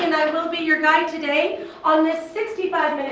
and i will be your guide today on this sixty five